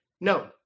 no